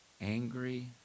angry